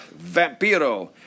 Vampiro